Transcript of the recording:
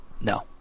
No